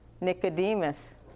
Nicodemus